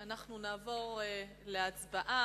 אנחנו נעבור להצבעה.